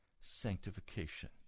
sanctification